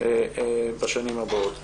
בשנים הבאות.